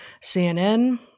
CNN